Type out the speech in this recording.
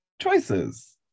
Choices